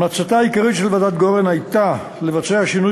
המלצתה העיקרית של ועדת גורן הייתה לבצע שינוי